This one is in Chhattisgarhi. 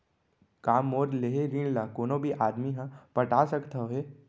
का मोर लेहे ऋण ला कोनो भी आदमी ह पटा सकथव हे?